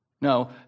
No